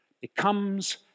becomes